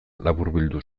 laburbildu